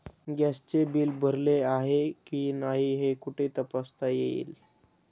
गॅसचे बिल भरले आहे की नाही हे कुठे तपासता येईल?